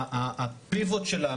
הפיבוט שלה,